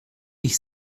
ich